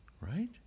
Right